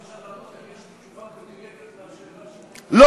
חבר הכנסת אגבאריה, אני יכול בבקשה לענות?